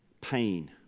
Pain